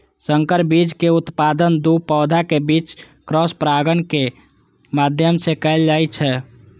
संकर बीज के उत्पादन दू पौधाक बीच क्रॉस परागणक माध्यम सं कैल जाइ छै